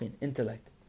intellect